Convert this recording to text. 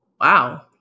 Wow